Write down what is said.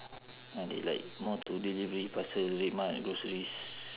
ya they like more to delivery parcel redmart groceries